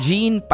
Jean